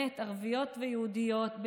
ערביות ויהודיות,